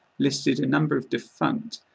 listed a number of defunct,